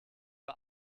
uhr